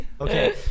okay